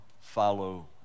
follow